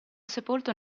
sepolto